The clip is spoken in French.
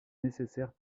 nécessaires